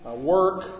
work